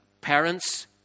parents